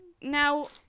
Now